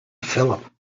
phillip